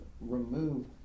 remove